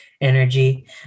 energy